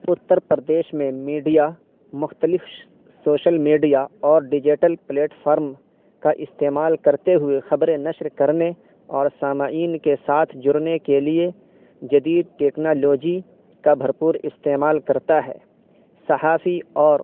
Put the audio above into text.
اتر پردیش میں میڈیا مختلف social media اور ڈیجیٹل پلیٹ فارم کا استعمال کرتے ہوئے خبریں نشر کرنے اور سامعین کے ساتھ جرنے کے لیے جدید ٹیکنالوجی کا بھرپور استعمال کرتا ہے صحافی اور